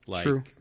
True